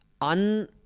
un-